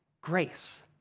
grace